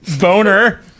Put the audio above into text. boner